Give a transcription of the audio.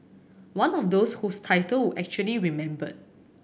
one of those whose title we actually remembered